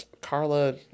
Carla